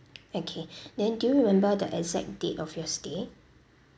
okay then do you remember the exact date of your stay